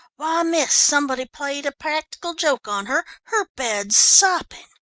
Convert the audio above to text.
why, miss, somebody played a practical joke on her. her bed's sopping.